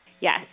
Yes